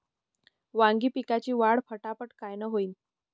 वांगी पिकाची वाढ फटाफट कायनं होईल?